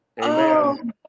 Amen